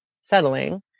settling